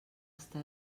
està